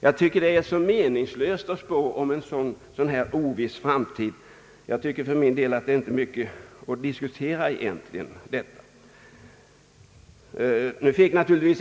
Det är meningslöst att spå om en så oviss framtid. Det är egentligen inte mycket att diskutera.